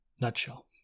Nutshell